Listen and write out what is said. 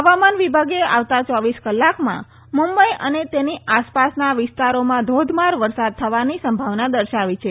હવામાન વિભાગે આવતા ચોવીસ કલાકમાં મુંબઈ અને તેની આસપાસના વિસ્તારોમાં ધોધમાર વરસાદ થવાની સંભાવના દર્શાવી છે